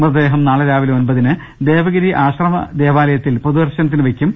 മൃതദേഹം നാളെ രാവി ലെ ഒമ്പതിന് ദേവഗിരി ആശ്രമദേവാലയത്തിൽ പൊതുദർശനത്തിന് വെയ്ക്കും